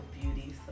beauty